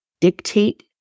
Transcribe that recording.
dictate